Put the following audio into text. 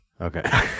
Okay